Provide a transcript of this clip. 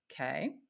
Okay